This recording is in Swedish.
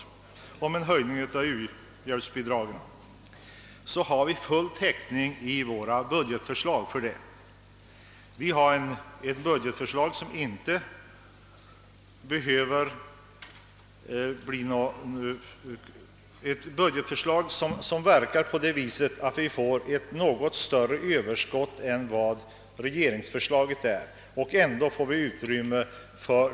För en ökning av u-hjälpen har vi full täckning i vårt budgetförslag, som ändå ger ett något större överskott än regeringsförslaget.